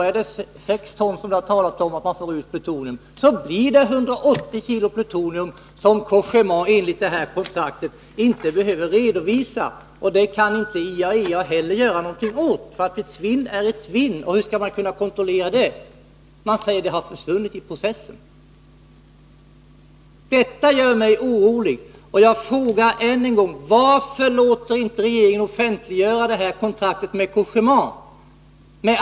Om man, som det har sagts, får ut sex ton plutonium, blir det 180 kg plutonium som Cogéma enligt detta kontrakt inte behöver redovisa. Det kan inte heller IAEA göra någonting åt, eftersom ett svinn är ett svinn. Hur skall man kunna kontrollera det? Cogéma säger bara att det har försvunnit i processen. Detta gör mig orolig. Jag frågar än en gång: Varför låter inte regeringen offentliggöra detta kontrakt med Cogéma, inkl.